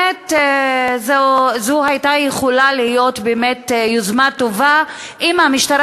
זו הייתה יכולה להיות באמת יוזמה טובה אם המשטרה